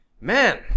man